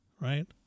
Right